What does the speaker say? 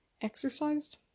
exercised